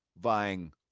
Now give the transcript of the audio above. vying